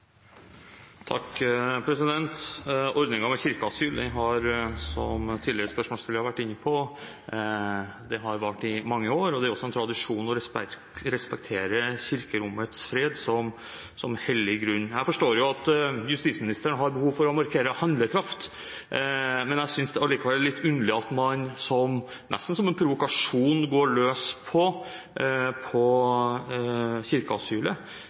med kirkeasyl har, som tidligere spørsmålsstillere har vært inne på, vart i mange år. Det er også en tradisjon å respektere kirkerommets fred som hellig grunn. Jeg forstår at justisministeren har behov for å markere handlekraft, men jeg synes likevel det er litt underlig at man nesten som en provokasjon går løs på